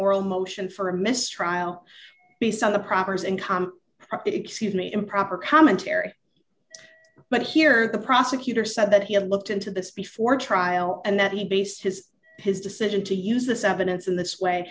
oral motion for a mistrial based on the properties income profit excuse me improper commentary but here the prosecutor said that he had looked into this before trial and that he based his his decision to use this evidence in this way